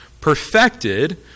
Perfected